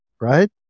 right